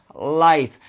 life